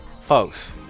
Folks